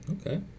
Okay